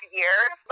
years